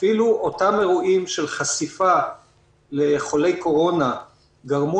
אפילו אותם אירועים של חשיפה לחולי קורונה גרמו